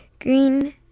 green